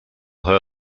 her